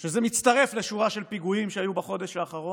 זה מצטרף לשורה של פיגועים שהיו בחודש האחרון.